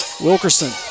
Wilkerson